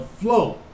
flow